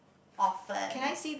often